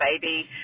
baby